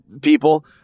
people